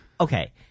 Okay